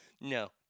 No